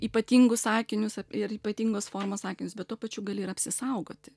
ypatingus akinius ir ypatingos formos akinius bet tuo pačiu gali ir apsisaugoti